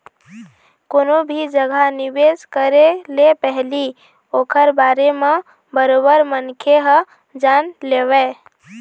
कोनो भी जघा निवेश करे ले पहिली ओखर बारे म बरोबर मनखे ह जान लेवय